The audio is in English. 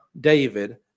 David